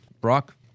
Brock